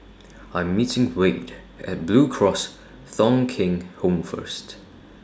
I'm meeting Wade At Blue Cross Thong Kheng Home First